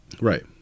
Right